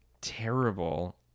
terrible